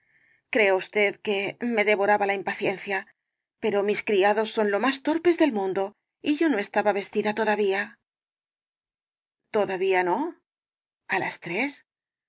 crea usted que me devoraba la impaciencia pero mis criados son lo más torpes del mundo y yo no estaba vestida todavía todavía no a las tres